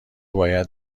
باید